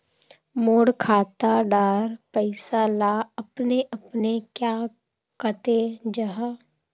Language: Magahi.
मोर खाता डार पैसा ला अपने अपने क्याँ कते जहा?